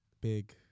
Big